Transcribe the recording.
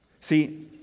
See